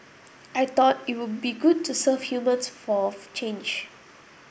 I thought it would be good to serve humans for a change